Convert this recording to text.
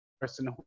person